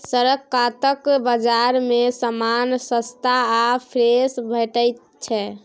सड़क कातक बजार मे समान सस्ता आ फ्रेश भेटैत छै